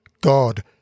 God